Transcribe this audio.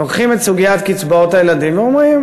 לוקחים את סוגיית קצבאות הילדים ואומרים: